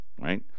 Right